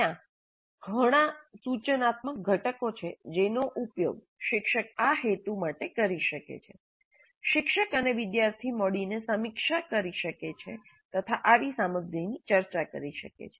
ત્યાં ઘણા સૂચનાત્મક ઘટકો છે જેનો ઉપયોગ શિક્ષક આ હેતુ માટે કરી શકે છે શિક્ષક અને વિદ્યાર્થી મળીને સમીક્ષા કરી શકે છે તથા આવી સામગ્રીની ચર્ચા કરી શકે છે